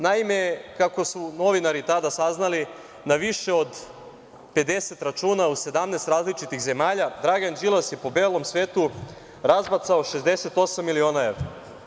Naime, kako su novinari tada saznali, na više od 50 računa u 17 različitih zemalja, Dragan Đilas je po belom svetu razbacao 68 miliona evra.